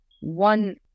one